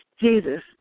Jesus